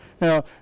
Now